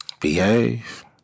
Behave